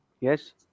Yes